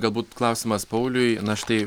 galbūt klausimas pauliui na štai